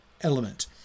element